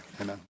amen